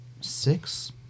six